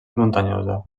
muntanyosa